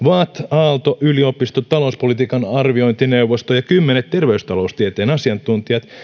vatt aalto yliopisto talouspolitiikan arviointineuvosto ja kymmenet terveystaloustieteen asiantuntijat